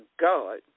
God